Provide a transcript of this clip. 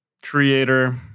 Creator